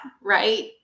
right